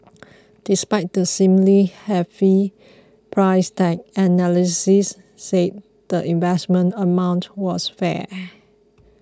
despite the seemingly hefty price tag analysts said the investment amount was fair